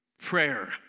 prayer